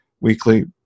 weekly